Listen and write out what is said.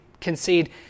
concede